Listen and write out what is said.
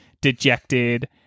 dejected